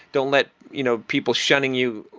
don't let you know people shunning you,